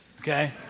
Okay